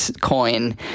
coin